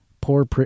poor